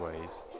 ways